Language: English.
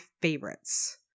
favorites